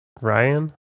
Ryan